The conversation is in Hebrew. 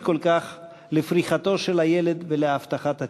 כל כך לפריחתו של הילד ולהבטחת עתידו.